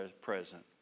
present